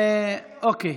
אוקיי.